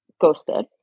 ghosted